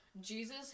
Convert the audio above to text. Jesus